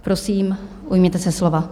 Prosím, ujměte se slova.